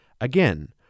Again